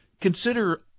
consider